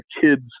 kids